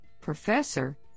professor